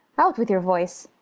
out with your voice!